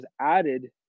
added